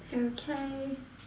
okay